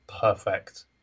perfect